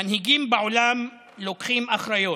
מנהיגים בעולם לוקחים אחריות".